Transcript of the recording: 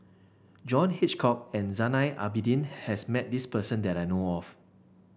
John Hitchcock and Zainal Abidin has met this person that I know of